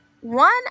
one